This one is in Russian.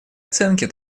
оценке